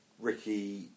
Ricky